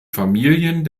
familien